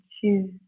choose